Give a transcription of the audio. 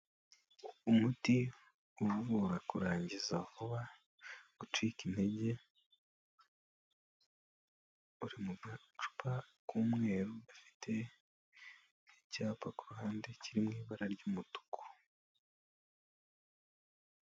Umuti uvura kurangiza vuba, gucika intege uri mu gacupa k'umweru gafite icyapa ku ruhande kiri mu ibara ry'umutuku.